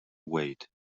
wait